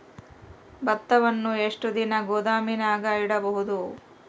ಭತ್ತವನ್ನು ಎಷ್ಟು ದಿನ ಗೋದಾಮಿನಾಗ ಇಡಬಹುದು?